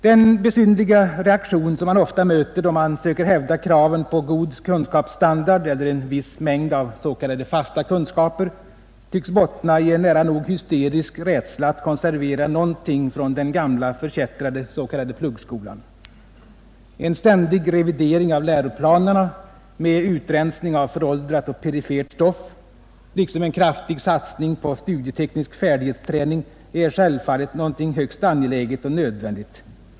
Den besynnerliga reaktion som man ofta möter då man söker hävda kraven på god kunskapsstandard eller en viss mängd av s.k. fasta kunskaper tycks bottna i en nära nog hysterisk rädsla att konservera någonting från den gamla, förkättrade s.k. pluggskolan. En ständig revidering av läroplanerna med utrensning av föråldrat och perifert stoff liksom en kraftig satsning på studieteknisk färdighetsträning är självfallet någonting högst angeläget och nödvändigt.